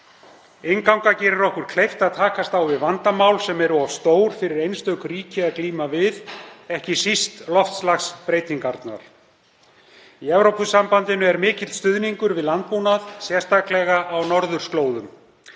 Innganga gerir okkur kleift að takast á við vandamál sem eru of stór fyrir einstök ríki að glíma við, ekki síst loftslagsbreytingarnar. Í Evrópusambandinu er mikill stuðningur við landbúnað, sérstaklega á norðurslóðum.